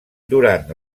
durant